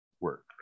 work